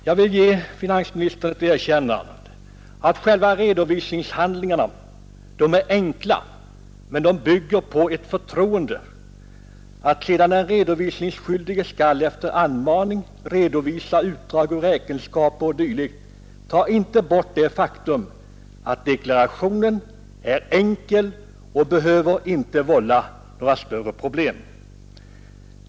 Jag vill ge finansministern ett erkännande: själva redovisningshandlingarna är enkla, men de bygger på ett förtroende. Att sedan den redovisningsskyldige skall efter anmaning redovisa utdrag ur räkenskaper och dylikt tar inte bort det faktum att deklarationen är enkel och inte behöver vålla några större problem.